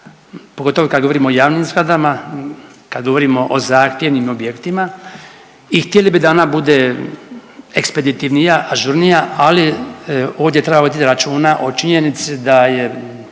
pogotovo kad govorimo o javnim zgradama, kad govorimo o zahtjevnim objektima i htjeli bi da ona bude ekspeditivnija, ažurnija, ali ovdje treba voditi računa o činjenici da je